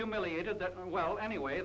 humiliated that well anyway